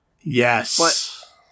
Yes